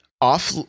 off